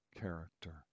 character